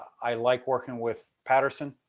i like working with patterson.